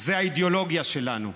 זה האידיאולוגיה שלנו,